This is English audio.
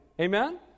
Amen